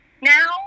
Now